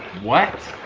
what?